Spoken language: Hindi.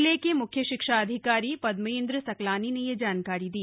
जिले के मुख्य शिक्षा अधिकारी पदमेन्द्र सकलानी ने यह जानकारी दी